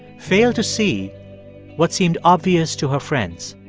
fail to see what seemed obvious to her friends?